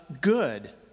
good